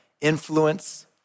influence